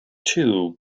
two